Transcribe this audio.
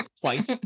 twice